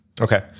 Okay